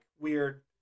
weird